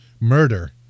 murder